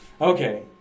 Okay